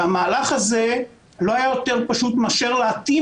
המהלך הזה לא היה יותר פשוט מאשר להתאים